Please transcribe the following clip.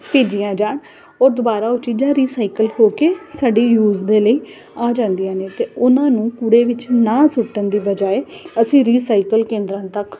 ਭੇਜੀਆ ਜਾਣ ਉਹ ਦੁਬਾਰਾ ਉਹ ਚੀਜ਼ਾਂ ਰੀਸਾਈਕਲ ਹੋ ਕੇ ਸਾਡੇ ਯੂਜ ਦੇ ਲਈ ਆ ਜਾਂਦੀਆਂ ਨੇ ਅਤੇ ਉਹਨਾਂ ਨੂੰ ਕੂੜੇ ਵਿੱਚ ਨਾ ਸੁੱਟਣ ਦੀ ਬਜਾਏ ਅਸੀਂ ਰੀਸਾਈਕਲ ਕੇਂਦਰਾਂ ਤੱਕ